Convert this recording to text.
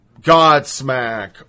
Godsmack